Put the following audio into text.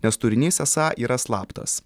nes turinys esą yra slaptas